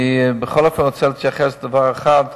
בכל אופן, אני רוצה להתייחס לדבר אחד,